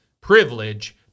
privilege